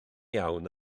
iawn